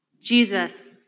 Jesus